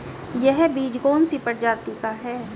यह बीज कौन सी प्रजाति का है?